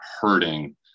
hurting